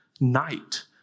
night